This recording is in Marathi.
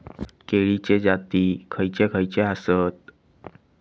केळीचे जाती खयचे खयचे आसत?